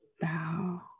bow